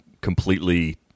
completely